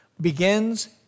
begins